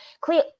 clear